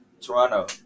Toronto